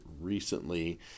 recently